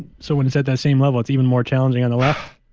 so when it set that same level, it's even more challenging on the left,